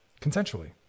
consensually